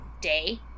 day